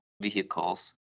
vehicles